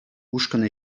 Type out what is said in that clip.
ушкӑн